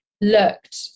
looked